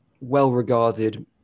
well-regarded